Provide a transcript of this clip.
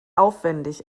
aufwendig